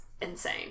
insane